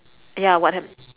ya what ha~